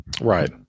Right